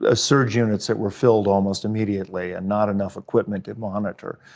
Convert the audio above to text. ah surge units that were filled almost immediately, and not enough equipment to monitor.